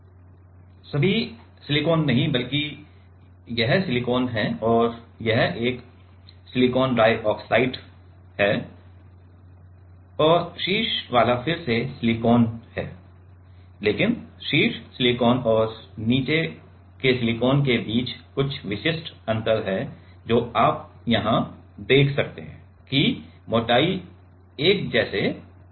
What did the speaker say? यह सिलिकॉन है यह खेद है कि सभी सिलिकॉन नहीं हैं बल्कि यह सिलिकॉन है और यह एक SiO2 है और शीर्ष वाला फिर से सिलिकॉन है लेकिन शीर्ष सिलिकॉन और नीचे सिलिकॉन के बीच कुछ विशिष्ट अंतर हैं जो आप यहां देख सकते हैं कि मोटाई है एक जैसे नहीं